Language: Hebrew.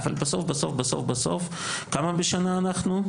אבל בסוף בסוף, כמה בשנה אנחנו,